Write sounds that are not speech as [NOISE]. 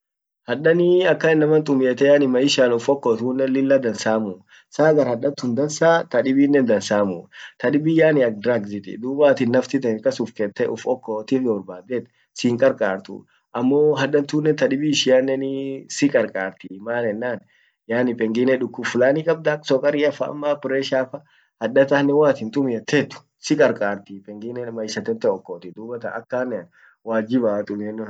hadan [HESITATION] akkan innaman tumiette [HESITATION] maishan uff okot lilla dansamuu, saa agar hadantun dansaa tadibinnen dansamu, [HESITATION] tadibin yaani ak drugsiti [HESITATION] dub waatin nafsi te kas ufkette uf okotte borbadde sin qarqartu ammo hadan tunen tadibi ishiannen siqarqarti maan ennan yaani pengine dukub fulani kabda ak sokariafa amma ak preshafa hadda tannen waat tumiet siqarqartii pengine maisha tente okolti dubattan akkanean wajjibaa tumienon.